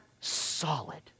solid